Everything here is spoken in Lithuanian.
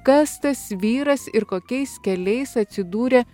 kas tas vyras ir kokiais keliais atsidūrė